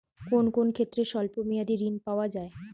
কোন কোন ক্ষেত্রে স্বল্প মেয়াদি ঋণ পাওয়া যায়?